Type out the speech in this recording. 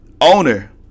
owner